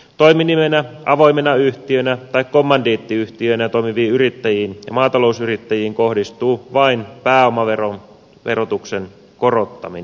toiminimenä avoimena yhtiönä tai kommandiittiyhtiönä toimiviin yrittäjiin ja maatalousyrittäjiin kohdistuu vain pääomaverotuksen korottaminen